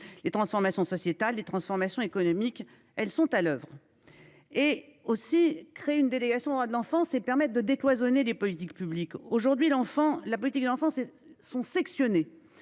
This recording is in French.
les transformations sociétales des transformations économiques, elles sont à l'oeuvre. Et aussi créé une délégation à de l'enfance et permettent de décloisonner des politiques publiques aujourd'hui l'enfant la politique de l'enfant sont sectionnés.